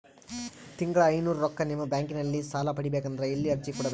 ತಿಂಗಳ ಐನೂರು ರೊಕ್ಕ ನಿಮ್ಮ ಬ್ಯಾಂಕ್ ಅಲ್ಲಿ ಸಾಲ ಪಡಿಬೇಕಂದರ ಎಲ್ಲ ಅರ್ಜಿ ಕೊಡಬೇಕು?